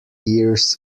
years